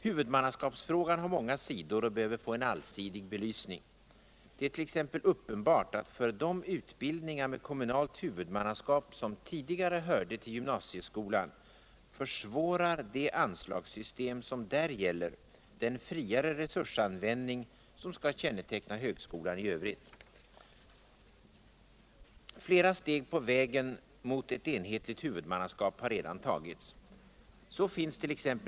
Huvudmannaskapsfrågan har många sidor och behöver få en allsidig belysning. Det är t.ex. uppenbart att för de utbildningar med kommunalt huvudmannaskap som tidigare hörde till gymnasieskolan försvårar det anslagssystem som där gäller den friare resursanvändning som skall känneteckna högskolan i övrigt. Flera steg på vägen mot ett enhetligt huvudmannaskap har redan tagits. Så finns tex.